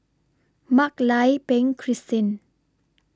Mak Lai Peng Christine